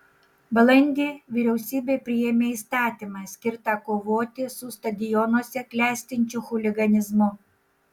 balandį vyriausybė priėmė įstatymą skirtą kovoti su stadionuose klestinčiu chuliganizmu